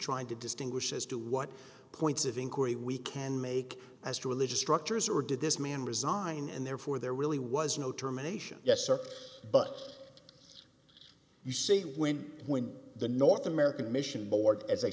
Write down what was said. trying to distinguish as to what points of inquiry we can make as to religious structures or did this man resign and therefore there really was no termination yes sir but you see when when the north american mission board as a